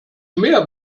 mehr